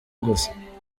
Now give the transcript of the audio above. gusa